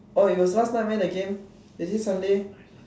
oh it was last night meh the game isn't it Sunday